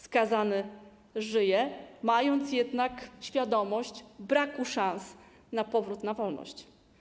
Skazany żyje, mając jednak świadomość braku szans na powrót na wolność.